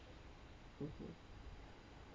mmhmm